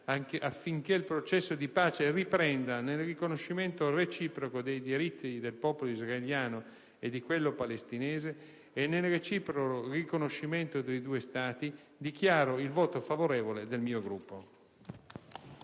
affinché il processo di pace riprenda, nel riconoscimento reciproco dei diritti del popolo israeliano e di quello palestinese e nel reciproco riconoscimento dei due Stati, preannuncio il voto favorevole del mio Gruppo